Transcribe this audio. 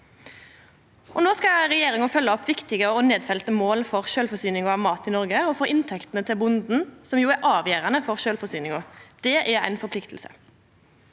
No skal regjeringa følgja opp viktige og nedfelte mål for sjølvforsyninga av mat i Noreg og for inntektene til bonden, som jo er avgjerande for sjølvforsyninga. Det er ei forplikting.